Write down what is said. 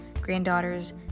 granddaughters